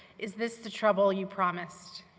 is this the trouble you promised?